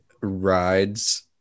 rides